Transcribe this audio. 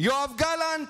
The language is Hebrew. יואב גלנט,